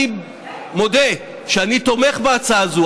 אני מודה שאני תומך בהצעה הזאת,